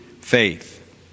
faith